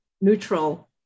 neutral